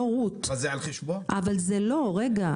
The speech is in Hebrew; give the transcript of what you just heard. רגע.